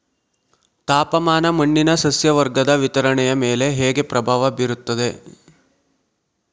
ತಾಪಮಾನ ಮಣ್ಣಿನ ಸಸ್ಯವರ್ಗದ ವಿತರಣೆಯ ಮೇಲೆ ಹೇಗೆ ಪ್ರಭಾವ ಬೇರುತ್ತದೆ?